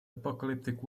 apocalyptic